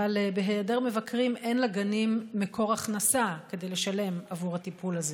אבל בהיעדר מבקרים אין לגנים מקור הכנסה כדי לשלם עבור הטיפול הזה.